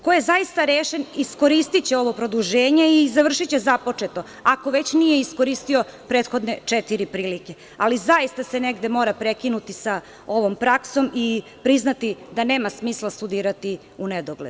Ko je zaista rešen, iskoristiće ovo produženje i završiće započeto ako već nije iskoristio prethodne četiri prihode, ali zaista se negde mora prekinuti sa ovom praksom i priznati da nema smisla studirati u nedogled.